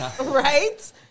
right